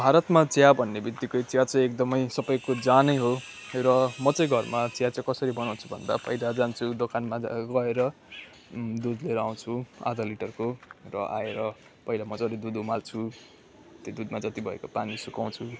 भारतमा चिया भन्नेबितिक्कै चिया चाहिँ एकदमै सबैको ज्यानै हो र म चाहिँ घरमा चिया चाहिँ कसरी बनाउँछु भन्दा पहिला जान्छु दोकानमा जा गएर दुध लिएर आउँछु आधा लिटरको र आएर पहिला मजाले दुध उमाल्छु त्यो दुधमा जत्ति भएको पानी सुकाउँछु